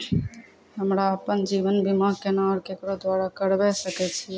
हमरा आपन जीवन बीमा केना और केकरो द्वारा करबै सकै छिये?